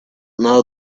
now